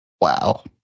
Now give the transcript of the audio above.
wow